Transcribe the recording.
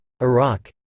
Iraq